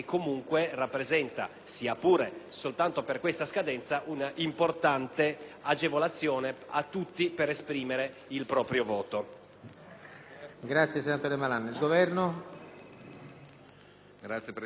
agevolazione a tutti per esprimere il proprio voto.